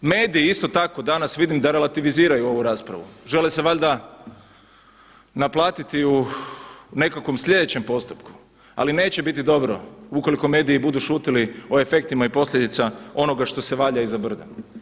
Mediji isto tako danas vidim da relativiziraju ovu raspravu, žele se valjda naplatiti u nekakvom sljedećem postupku, ali neće biti dobro ukoliko mediji budu šutili o efektima i posljedicama onoga što se valja iza brda.